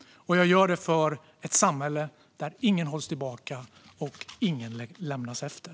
Jag gör det för ett samhälle där ingen hålls tillbaka och ingen lämnas efter.